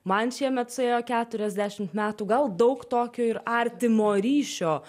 man šiemet suėjo keturiasdešimt metų gal daug tokio ir artimo ryšio